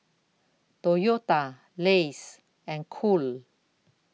Toyota Lays and Cool